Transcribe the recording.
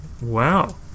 Wow